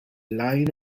line